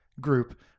group